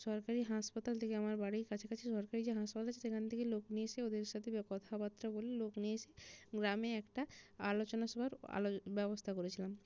সরকারি হাসপাতাল থেকে আমার বাড়ির কাছাকাছি সরকারি যে হাসপাতাল আছে সেখান থেকে লোক নিয়ে এসে ওদের সাথে কথাবাত্রা বলে লোক নিয়ে এসে গ্রামে একটা আলোচনা সভার আলোর ব্যবস্থা করেছিলাম